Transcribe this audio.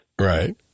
Right